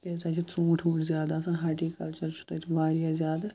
کیٛازِ تَتہِ چھِ ژوٗںٛٹھۍ ووٗنٛٹھۍ زیادٕ آسان ہاٹیٖکَلچَر چھُ تَتہِ واریاہ زیادٕ